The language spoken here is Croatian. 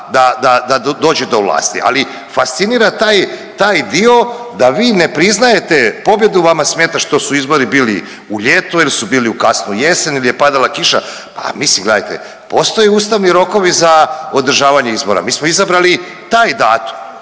da dođe do vlasti. Ali fascinira taj dio da vi ne priznajete pobjedu, vama smeta što su izbori bili u ljetu, jer su bili u kasnu jesen ili je padala kiša. A mislim gledajte, postoje ustavni rokovi za održavanje izbora. Mi smo izabrali taj datum